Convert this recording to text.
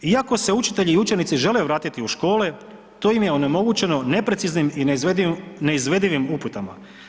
Iako se učitelji i učenici žele vratiti u škole, to im je onemogućeno nepreciznim i neizvedivim uputama.